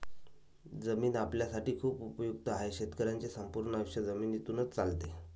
जमीन आपल्यासाठी खूप उपयुक्त आहे, शेतकऱ्यांचे संपूर्ण आयुष्य जमिनीतूनच चालते